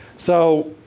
so,